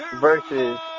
versus